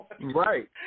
Right